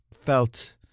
felt